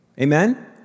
Amen